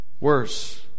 worse